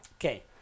Okay